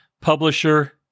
publisher